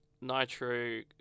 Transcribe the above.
Nitro